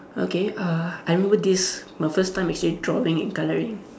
okay uh I remember this my first time actually drawing and colouring